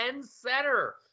Center